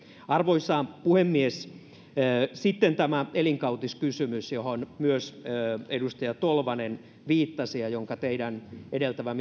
arvoisa puhemies sitten tämä elinkautiskysymys johon myös edustaja tolvanen viittasi ja jonka teitä edeltävä